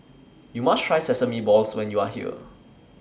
YOU must Try Sesame Balls when YOU Are here